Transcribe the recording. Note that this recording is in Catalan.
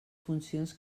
funcions